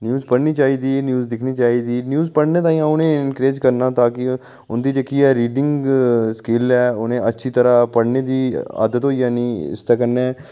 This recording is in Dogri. न्यूज पढ़नी चाहिदी न्यूज दिक्खनी चाहिदी न्यूज पढ़ने ताईं अ'ऊं उ'नें ई ऐनकरेज करना ताकि उं'दी जेह्ड़ी रीडिंग स्किल्ल ऐ उ'नें ई अच्छी तरह् पढ़ने दी आदत होई जानी इसदे कन्नै